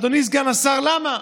אדוני סגן השר, למה?